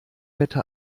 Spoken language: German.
wette